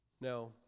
Now